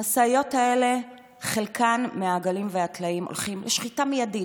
מהמשאיות האלה חלק מהעגלים הולכים לשחיטה מיידית,